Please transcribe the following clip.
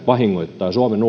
vahingoittaa suomen